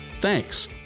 Thanks